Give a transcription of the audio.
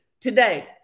today